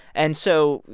and so,